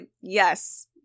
Yes